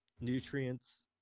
nutrients